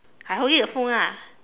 I holding the phone lah